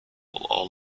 all